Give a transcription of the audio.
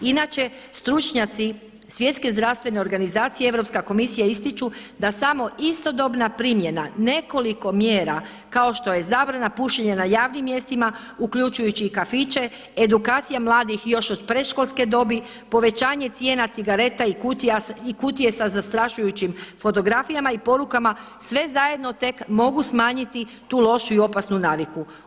Inače, stručnjaci Svjetske zdravstvene organizacije i Europska komisija ističu da samo istodobna primjena nekoliko mjera kao što je zabrana pušenja na javnim mjestima, uključujući i kafiće edukacija mladih još od predškolske dobi, povećanje cijena cigareta i kutije sa zastrašujućim fotografijama i porukama, sve zajedno tek mogu smanjiti tu lošu i opasnu naviku.